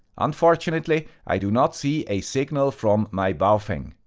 unfortunately, i do not see a signal from my baofeng.